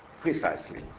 precisely